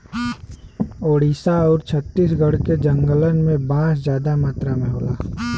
ओडिसा आउर छत्तीसगढ़ के जंगलन में बांस जादा मात्रा में होला